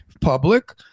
public